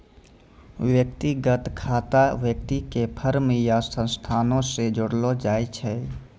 व्यक्तिगत खाता व्यक्ति के फर्म या संस्थानो से जोड़लो जाय छै